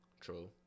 True